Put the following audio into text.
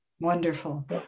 Wonderful